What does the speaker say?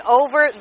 over